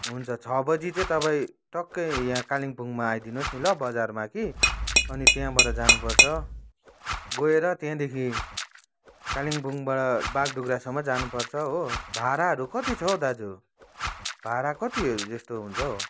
हुन्छ छ बजी चाहिँ तपाईँ टक्कै यहाँ कालिम्पोङमा आइदिनुहोस् नि ल बजारमा कि अनि त्यहाँबाट जानुपर्छ गएर त्यहाँदेखि कालिम्पोङबाट बाघडुग्रासम्म जानुपर्छ हो भाडाहरू कति छ हौ दाजु भाडा कतिहरू जस्तो हुन्छ हौ